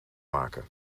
maken